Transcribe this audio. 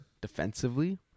defensively